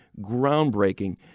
groundbreaking